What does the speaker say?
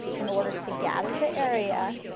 in order to gather the area